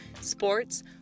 sports